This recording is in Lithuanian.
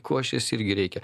košės irgi reikia